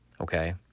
okay